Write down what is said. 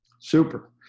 Super